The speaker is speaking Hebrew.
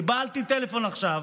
קיבלתי טלפון עכשיו,